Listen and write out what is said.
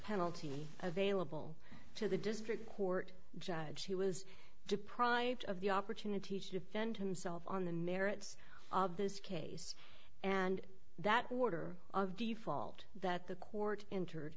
penalty available to the district court judge he was deprived of the opportunity to defend himself on the merits of this case and that water of the fault that the court entered